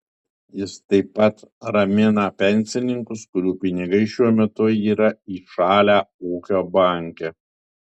jis taip pat ramina pensininkus kurių pinigai šiuo metu yra įšalę ūkio banke